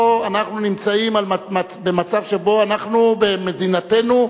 פה אנחנו נמצאים במצב שבו אנחנו במדינתנו,